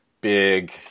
big